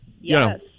Yes